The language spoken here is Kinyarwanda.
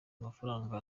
amafaranga